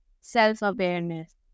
self-awareness